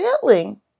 feeling